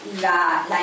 la